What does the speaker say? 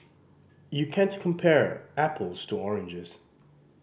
you can't compare apples to oranges